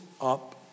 up